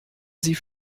sie